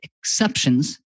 exceptions